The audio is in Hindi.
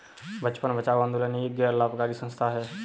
बचपन बचाओ आंदोलन एक गैर लाभकारी संस्था है